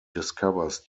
discovers